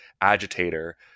agitator